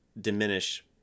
diminish